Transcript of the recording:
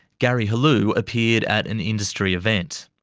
gary helou appeared at an industry event.